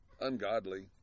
ungodly